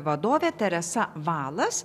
vadovė teresa valas